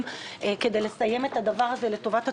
כדי לסיים את הדבר הזה לטובת התושבים,